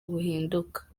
buhinduka